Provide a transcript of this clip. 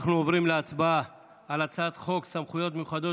אנחנו עוברים להצבעה על הצעת חוק סמכויות מיוחדות